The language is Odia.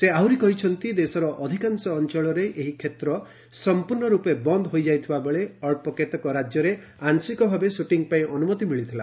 ସେ ଆହୁରି କହିଛନ୍ତି ଦେଶର ଅଧିକାଂଶ ଅଞ୍ଚଳରେ ଏହି କ୍ଷେତ୍ର ସମ୍ପର୍ଣ୍ଣ ରୂପେ ବନ୍ଦ ହୋଇଯାଇଥିବା ବେଳେ ଅଞ୍ଚକେତେକ ରାଜ୍ୟରେ ଆଂଶିକ ଭାବେ ସୁଟିଂ ପାଇଁ ଅନୁମତି ମିଳିଥିଲା